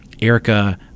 Erica